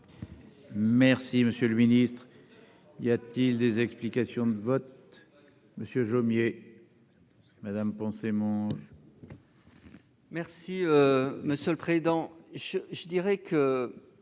Merci, monsieur le Ministre, y a-t-il des explications de vote Monsieur Jomier Madame mange. Merci monsieur le président,